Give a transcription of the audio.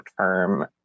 term